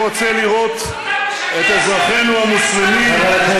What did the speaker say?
אתה יודע שזה לא נכון.